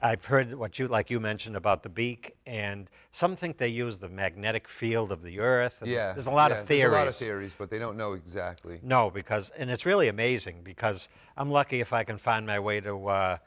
i've heard what you like you mention about the bee and some think they use the magnetic field of the earth yeah there's a lot of arrow series but they don't know exactly know because and it's really amazing because i'm lucky if i can find my way to